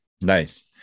Nice